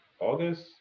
August